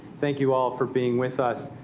thank you all for being with us.